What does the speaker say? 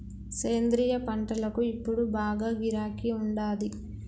సేంద్రియ పంటలకు ఇప్పుడు బాగా గిరాకీ ఉండాది